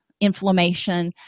inflammation